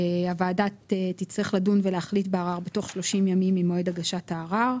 הוועדה תצטרך לדון ולהחליט בערר בתוך שלושים ימים ממועד הגשת הערר.